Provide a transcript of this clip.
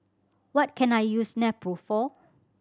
what can I use Nepro for